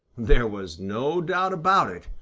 there was no doubt about it,